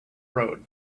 road